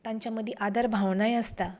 तांच्या मदीं आदर भावनांय आसतात